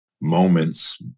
moments